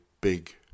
big